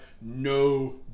no